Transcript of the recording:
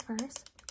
first